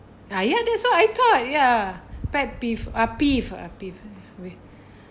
ah ya that's what I thought yeah pet peeve ah peeve ah peeve